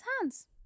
hands